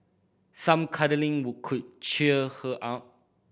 some cuddling would could cheer her up